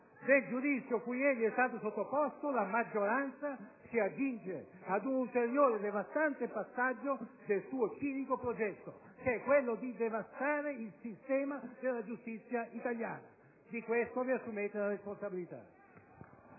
del giudizio cui egli è stato sottoposto. La maggioranza si accinge ad un ulteriore e devastante passaggio del suo cinico progetto che è quello di devastare il sistema della giustizia italiana. *(Commenti dal Gruppo PdL)*. Di questo vi assumete la responsabilità.